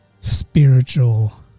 spiritual